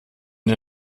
der